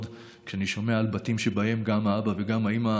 כשאני שומע על בתים שבהם גם האבא והאימא